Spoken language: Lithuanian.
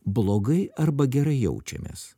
blogai arba gerai jaučiamės